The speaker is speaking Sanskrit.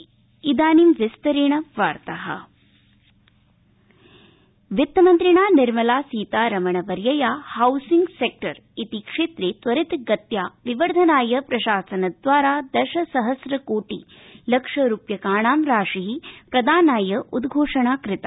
निर्मलासीतारमणवर्या वित्तमन्त्रिणा निर्मलासीतारमणवर्यया हाउसिंग सेक्टर इति क्षेत्रे त्वरितगत्या विवर्धनाय प्रशासनद्वारा दशसहस्रकोटिलक्षरूप्यकाणां राशि प्रदानाय उद्घोषणा कृता